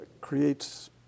creates